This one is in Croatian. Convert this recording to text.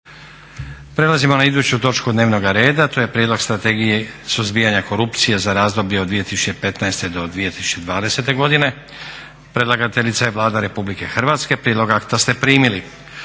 Prelazimo na iduću toku dnevnoga reda, a to je: - Prijedlog Strategije suzbijanja korupcije za razdoblje od 2015. do 2020. godine. Predlagateljica je Vlada Republike Hrvatske. Prijedlog akta ste primili.